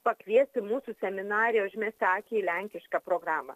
pakviesti mūsų seminariją užmesti akį į lenkišką programą